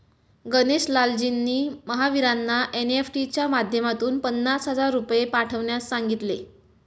गणेश लालजींनी महावीरांना एन.ई.एफ.टी च्या माध्यमातून पन्नास हजार रुपये पाठवण्यास सांगितले